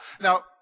now